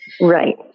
Right